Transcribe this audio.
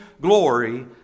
glory